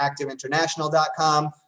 ActiveInternational.com